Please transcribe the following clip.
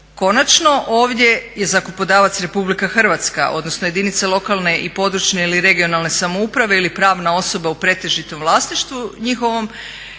Konačno, ovdje je zakupodavac Republika Hrvatska, odnosno jedinice lokalne i područne ili regionalne samouprave ili pravna osoba u pretežitom vlasništvu njihovom